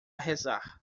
rezar